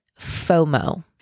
FOMO